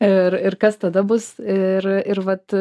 ir ir kas tada bus ir ir vat